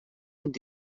vint